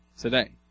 today